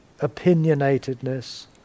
opinionatedness